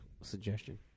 suggestion